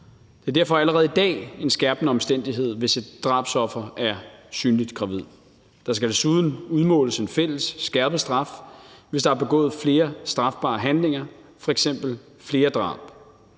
Det er derfor allerede i dag en skærpende omstændighed, hvis et drabsoffer er synligt gravid. Der skal desuden udmåles en fælles skærpet straf, hvis der er begået flere strafbare handlinger, f.eks. flere drab.